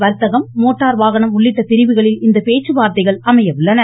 வர்த்தகம் மோட்டார் வாகனம் உள்ளிட்ட பிரிவுகளில் இந்த பேச்சுவார்த்தைகள் அமையஉள்ளன